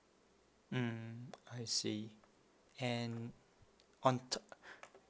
mm I see and on top